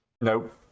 Nope